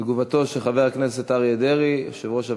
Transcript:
תגובתו של חבר הכנסת אריה דרעי, יושב-ראש הוועדה,